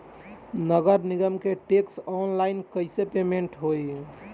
नगर निगम के टैक्स ऑनलाइन कईसे पेमेंट होई?